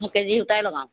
এক K G সূতাই লগাওঁ